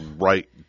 right